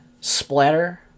splatter